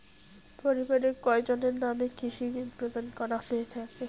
পরিবারের কয়জনের নামে কৃষি ঋণ প্রদান করা হয়ে থাকে?